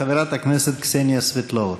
חברת הכנסת קסניה סבטלובה.